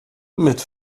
mit